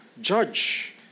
judge